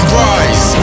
rise